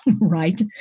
right